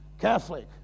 Catholic